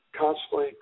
constantly